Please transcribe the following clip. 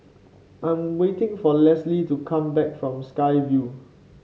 I'm waiting for Lisle to come back from Sky Vue